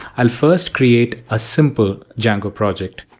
i'll first create a simple django project,